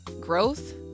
growth